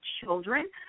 children